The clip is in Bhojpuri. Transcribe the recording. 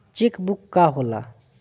चेक बुक का होला?